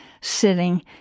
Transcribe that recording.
sitting